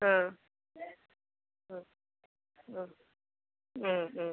ആ ആ ആ ഉം ഉം